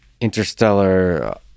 interstellar